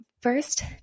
First